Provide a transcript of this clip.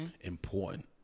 important